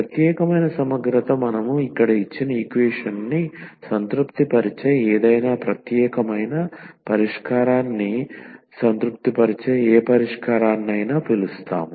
ప్రత్యేకమైన సమగ్రత మనం ఇక్కడ ఇచ్చిన ఈక్వేషన్ని సంతృప్తిపరిచే ఏదైనా ప్రత్యేకమైన పరిష్కారాన్ని సంతృప్తిపరిచే ఏ పరిష్కారాన్ని అయినా పిలుస్తాము